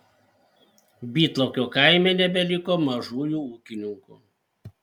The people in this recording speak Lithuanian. bytlaukio kaime nebeliko mažųjų ūkininkų